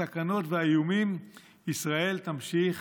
הסכנות והאיומים ישראל תמשיך